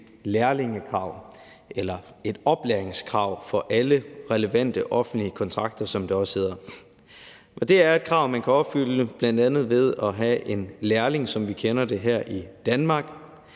lærlingekrav eller et oplæringskrav for alle relevante offentlige kontrakter, som det også hedder. Det er et krav, man kan opfylde bl.a. ved at have en lærling, som vi kender det her i Danmark.